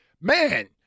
man